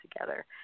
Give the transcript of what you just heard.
together